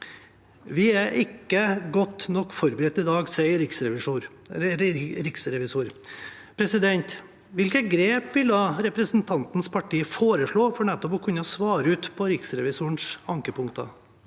Vi er ikke godt nok forberedt i dag, sier Riksrevisoren. Hvilke grep vil da representantens parti foreslå for nettopp å kunne svare ut Riksrevisorens ankepunkter?